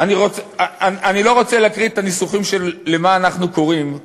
אני לא רוצה להקריא את הניסוחים של לְמה אנחנו קוראים,